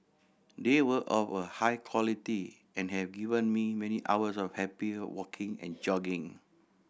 they were of a high quality and have given me many hours of happy walking and jogging